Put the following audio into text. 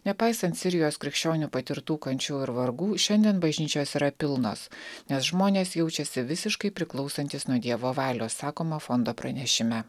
nepaisant sirijos krikščionių patirtų kančių ir vargų šiandien bažnyčios yra pilnos nes žmonės jaučiasi visiškai priklausantys nuo dievo valios sakoma fondo pranešime